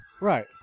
Right